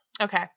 Okay